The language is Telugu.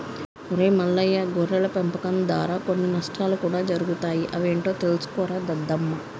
ఒరై మల్లయ్య గొర్రెల పెంపకం దారా కొన్ని నష్టాలు కూడా జరుగుతాయి అవి ఏంటో తెలుసుకోరా దద్దమ్మ